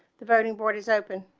the voting board is open